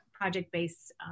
project-based